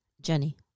Jenny